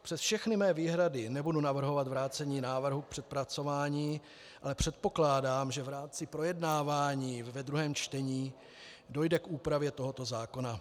Přes všechny své výhrady nebudu navrhovat vrácení návrhu k přepracování, ale předpokládám, že v rámci projednávání ve druhém čtení dojde k úpravě tohoto zákona.